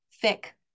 thick